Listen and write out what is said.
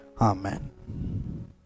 Amen